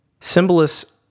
Symbolist